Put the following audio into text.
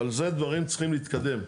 אבל זה דברים צריכים להתקדם.